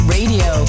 Radio